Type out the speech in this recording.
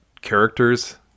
characters